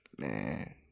Man